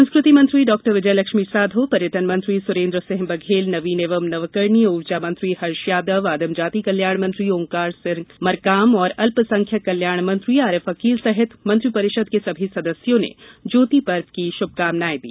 संस्कृति मंत्री डॉ विजयलक्ष्मी साधौ पर्यटन मंत्री सुरेन्द्र सिंह बघेल नवीन एवं नवकरणीय ऊर्जा मंत्री हर्ष यादव आदिमजाति कल्याण मंत्री ओंकार सिंह मरकाम और अल्प संख्यक कल्याण मंत्री आरिफ अकील सहित मंत्रीपरिषद के सभी सदस्यों ने ज्योति पर्व की शुभकामनाएं दी